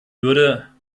würde